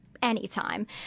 anytime